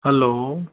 hello